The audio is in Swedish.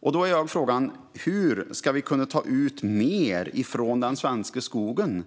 Då är frågan: Hur ska vi kunna ta ut mer från den svenska skogen?